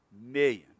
million